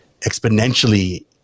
exponentially